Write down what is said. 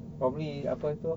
probably apa tu